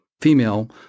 Female